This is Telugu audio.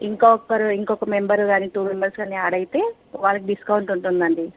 ఇంకొక్కరు ఇంకొక్క మెంబరు యాడ్ అయితే వాళ్ళకి డిస్కౌంట్ ఉంటుందండి